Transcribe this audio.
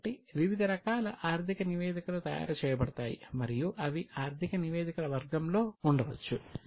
కాబట్టి వివిధ రకాల ఆర్థిక నివేదికలు తయారు చేయబడతాయి మరియు అవి ఆర్థిక నివేదికల వర్గంలో ఉండవచ్చు